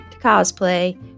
cosplay